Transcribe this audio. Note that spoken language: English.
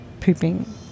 pooping